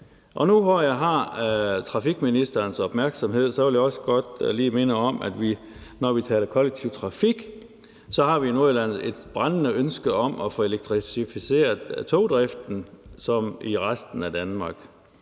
Nu, hvor jeg har trafikministerens opmærksomhed, vil jeg også godt lige minde om, at når der tales om kollektiv trafik, har vi i Nordjylland et brændende ønske om at få elektrificeret togdriften som i resten af Danmark.